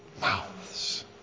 mouths